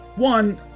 One